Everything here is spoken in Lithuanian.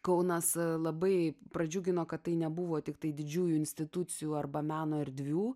kaunas labai pradžiugino kad tai nebuvo tiktai didžiųjų institucijų arba meno erdvių